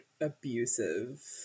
abusive